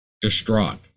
distraught